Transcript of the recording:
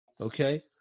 Okay